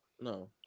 No